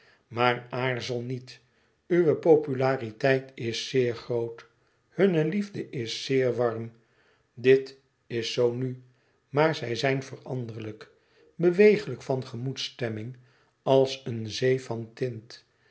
maar aarzel niet uwe populariteit is zeer groot hunne liefde is zeer warm dit is zoo nu maar zij zijn veranderlijk bewegelijk van gemoedsstemming als een zee van tint